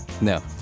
no